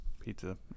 pizza